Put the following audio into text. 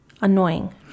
annoying